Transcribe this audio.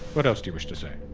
what else do you wish to say?